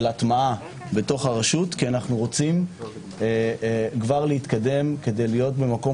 הטמעה בתוך הרשות כי אנו רוצים כבר להתקדם כדי להיות במקום